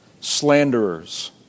slanderers